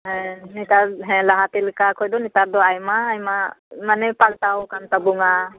ᱦᱮᱸ ᱱᱮᱛᱟᱨ ᱦᱮᱸ ᱞᱟᱦᱟ ᱛᱮ ᱞᱮᱠᱟ ᱠᱷᱚᱡ ᱫᱚ ᱱᱮᱛᱟᱨ ᱫᱚ ᱟᱭᱢᱟ ᱟᱭᱢᱟ ᱢᱟᱱᱮ ᱯᱟᱞᱴᱟᱣ ᱟᱠᱟᱱ ᱛᱟᱵᱚᱱᱟ